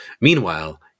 Meanwhile